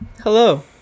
Hello